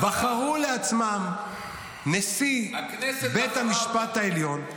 -- והם בחרו לעצמם נשיא בית משפט עליון.